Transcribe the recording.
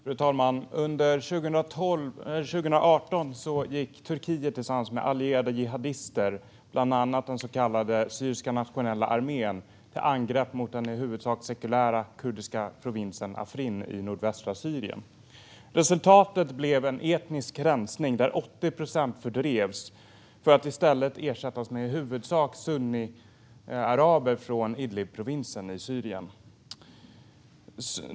Fru talman! Under 2018 gick Turkiet tillsammans med allierade jihadister, bland annat den så kallade Syriska nationella armén, till angrepp mot den i huvudsak sekulära kurdiska provinsen Afrin i nordvästra Syrien. Resultatet blev en etnisk rensning där 80 procent fördrevs för att i stället ersättas med i huvudsak sunniaraber från Idlibprovinsen i Syrien.